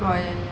oh ya ya